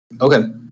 Okay